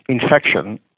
infection